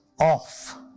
off